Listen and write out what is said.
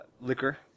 liquor